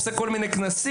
עושה כל מיני כנסים,